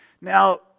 Now